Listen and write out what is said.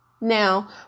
Now